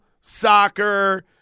soccer